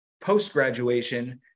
post-graduation